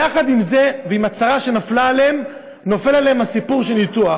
יחד עם זה ועם הצרה שנפלה עליהם נופל עליהם הסיפור של ניתוח,